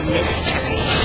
Mystery